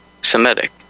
Semitic